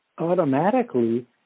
automatically